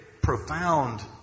profound